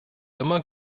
immer